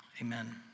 amen